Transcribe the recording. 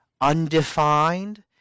undefined